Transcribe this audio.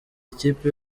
ikipe